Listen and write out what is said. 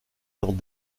dans